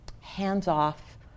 hands-off